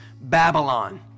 Babylon